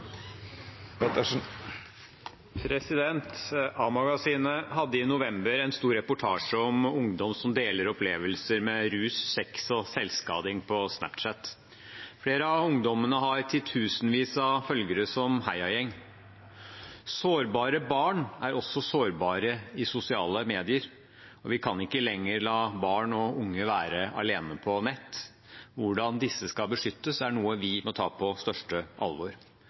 hadde i november en stor reportasje om ungdom som deler opplevelser med rus, sex og selvskading på Snapchat. Flere av ungdommene har titusenvis av følgere som heiagjeng. Sårbare barn er også sårbare i sosiale medier, og vi kan ikke lenger la barn og unge være alene på nettet. Hvordan disse skal beskyttes, er noe vi må ta på største alvor.